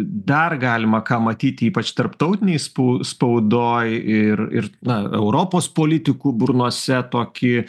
dar galima ką matyt ypač tarptautinėj sp spaudoj ir ir na europos politikų burnose tokį